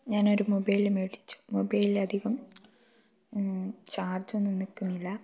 ഞാനൊരു മൊബൈല് മേടിച്ചു മൊബൈലിൽ അധികം ചാർജൊന്നും നിൽക്കുന്നില്ല